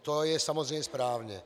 To je samozřejmě správně.